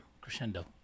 crescendo